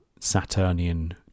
saturnian